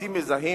פרטים מזהים,